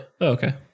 Okay